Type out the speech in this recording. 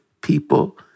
people